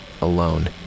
alone